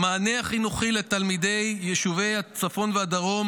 המענה החינוכי לתלמידי יישובי הצפון והדרום